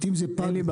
זה נראה לך הדבר הזה?